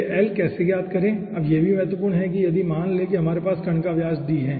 यह L कैसे ज्ञात करें ठीक है अब यह भी महत्वपूर्ण है कि यदि मान लें कि हमारे पास कण का व्यास D है